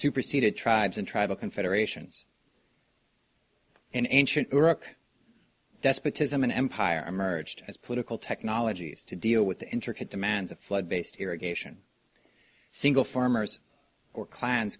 superceded tribes and tribal confederations in ancient iraq despotism an empire emerged as political technologies to deal with the intricate demands of flood based irrigation single farmers or clans